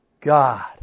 God